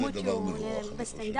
אימות שהוא בסטנדרטים.